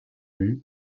vue